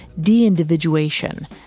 de-individuation